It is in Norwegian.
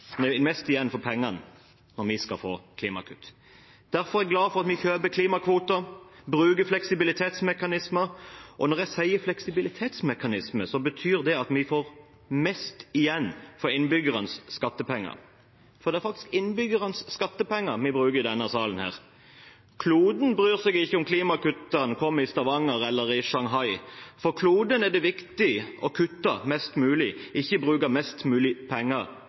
når vi skal få klimakutt. Derfor er jeg glad for at vi kjøper klimakvoter og bruker fleksibilitetsmekanismer – når jeg sier fleksibilitetsmekanismer, betyr det at vi får mest mulig igjen for innbyggernes skattepenger. Det er faktisk innbyggernes skattepenger vi bruker i denne salen. Kloden bryr seg ikke om klimakuttene kommer i Stavanger eller i Shanghai – for kloden er det viktig å kutte mest mulig, ikke å bruke mest mulig penger